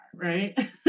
Right